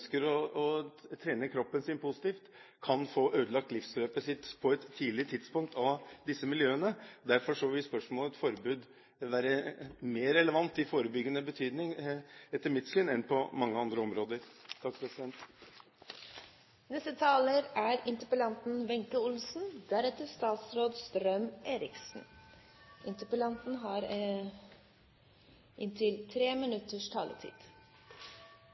å trene kroppen sin positivt, kan få ødelagt livsløpet sitt på et tidlig tidspunkt av disse miljøene. Derfor vil spørsmålet om et forbud være mer relevant i forebyggende betydning – etter mitt syn – enn på mange andre områder. Først må jeg få takke dem som har deltatt i denne interpellasjonsdebatten. Jeg synes det har